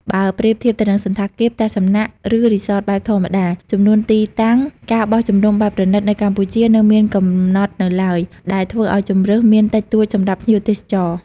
បើប្រៀបធៀបទៅនឹងសណ្ឋាគារ ផ្ទះសំណាក់ ឬរីស៊តបែបធម្មតា ចំនួនទីតាំង ការបោះជំរំបែបប្រណីត នៅកម្ពុជានៅមានកំណត់នៅឡើយ ដែលធ្វើឲ្យជម្រើសមានតិចតួចសម្រាប់ភ្ញៀវទេសចរ។